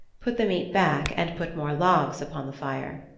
put the meat back, and put more logs upon the fire.